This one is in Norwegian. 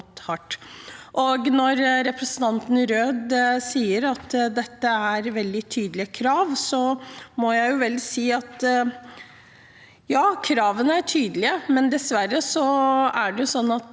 representanten Røed sier at dette er veldig tydelige krav, må jeg vel si at ja, kravene er tydelige, men dessverre følges de